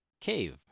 cave